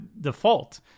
default